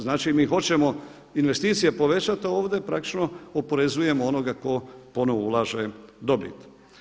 Znači mi hoćemo investicije povećati a ovdje praktično oporezujemo onoga tko ponovo ulaže dobit.